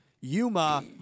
Yuma